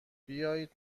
بیایید